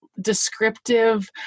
descriptive